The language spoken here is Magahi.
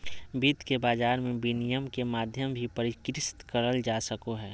वित्त के बाजार मे विनिमय के माध्यम भी परिष्कृत करल जा सको हय